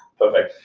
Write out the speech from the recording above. perfect.